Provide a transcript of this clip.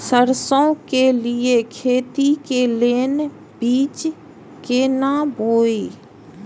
सरसों के लिए खेती के लेल बीज केना बोई?